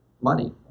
Money